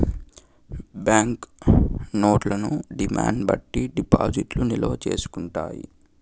bank నోట్లను demand బట్టి డిపాజిట్లు నిల్వ చేసుకుంటారు